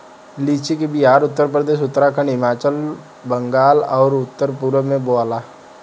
लीची के बिहार, उत्तरप्रदेश, उत्तराखंड, हिमाचल, बंगाल आउर उत्तर पूरब में बोआला